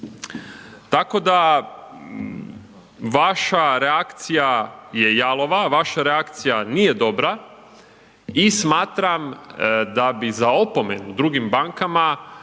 tako da vaša reakcija je jalova, vaša reakcija nije dobra i smatram da bi za opomenu drugim bankama